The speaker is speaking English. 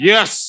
Yes